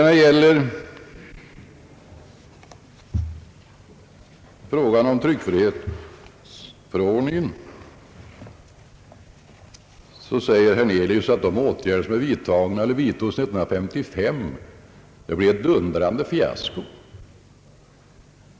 När det gäller tryckfrihetsförordningen säger herr Hernelius att de åtgärder, som vidtogs 1955, blev ett dundrande fiasko.